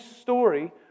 story